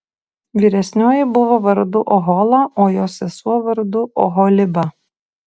vyresnioji buvo vardu ohola o jos sesuo vardu oholiba